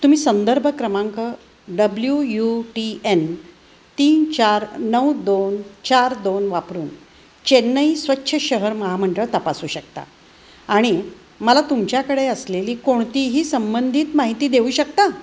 तुम्ही संदर्भ क्रमांक डब्ल्यू यू टी एन तीन चार नऊ दोन चार दोन वापरून चेन्नई स्वच्छ शहर महामंडळ तपासू शकता आणि मला तुमच्याकडे असलेली कोणतीही संबंधित माहिती देऊ शकता